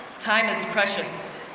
time is precious